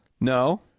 No